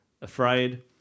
afraid